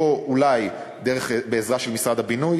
או אולי דרך, בעזרה של משרד הבינוי.